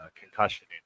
concussion